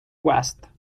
west